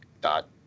dot